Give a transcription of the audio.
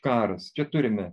karas čia turime